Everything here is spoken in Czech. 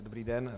Dobrý den.